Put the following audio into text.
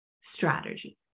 strategy